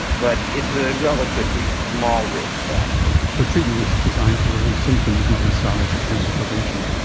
but it's a relatively small risk factor. so treatment is designed to relieve symptoms, not necessarily as a cancer prevention.